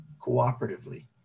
cooperatively